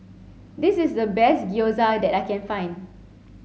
this is the best Gyoza that I can find